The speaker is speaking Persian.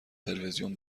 تلویزیون